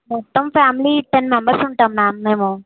మొత్తం family ten members ఉంటాము ma'am మేము